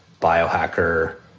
biohacker